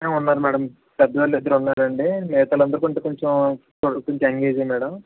ఉన్నారు మ్యాడం పెద్దోలు ఇద్దరున్నారండి మిగతావాళ్ళందరూ కొంచెం కొంచెం కు కొంచెం ఎంగేజే మ్యాడం